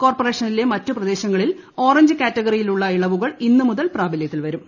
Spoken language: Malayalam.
കോർപ്പറേഷനിലെ മറ്റ് പ്രദേശങ്ങളിൽ ഓറഞ്ച് കാറ്റഗറിയിലുള്ള ഇളവുകൾ ഇന്ന് മുതൽ പ്രാബല്യത്തിൽ വരും